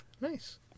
Nice